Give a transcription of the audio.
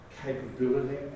capability